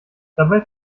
dabei